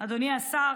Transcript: אדוני השר,